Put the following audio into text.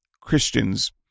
Christians